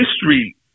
history